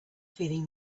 feeling